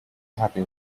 happy